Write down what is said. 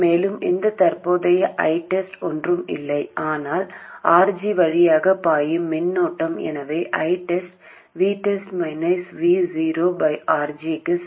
மேலும் இந்த தற்போதைய ITEST ஒன்றும் இல்லை ஆனால் RG வழியாக பாயும் மின்னோட்டம் எனவே ITEST RG க்கு சமம்